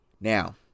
Now